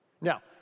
Now